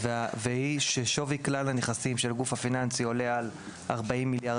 והיא ששווי כלל הנכסים של הגוף הפיננסי עולה על 40 מיליארד